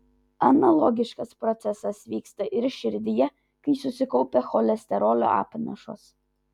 analogiškas procesas vyksta ir širdyje kai susikaupia cholesterolio apnašos